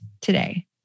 today